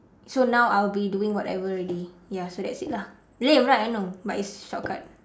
so now I'll be doing whatever already ya so that's it lah lame right I know but it's shortcut